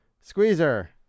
Squeezer